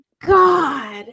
God